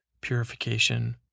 purification